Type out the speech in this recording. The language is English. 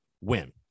win